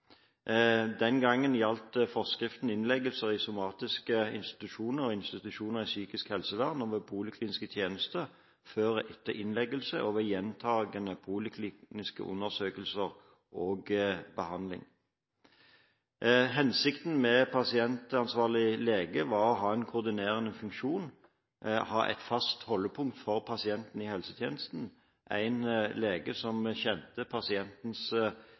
Den gangen gjaldt forskriften ved innleggelse i somatiske institusjoner og institusjoner i det psykiske helsevernet, ved polikliniske tjenester før og etter innleggelse og ved gjentagende poliklinisk undersøkelse og behandling. Hensikten med pasientansvarlig lege var å ha en koordinerende funksjon, å ha ett fast holdepunkt for pasientene i helsetjenesten, én lege som kjenner pasientens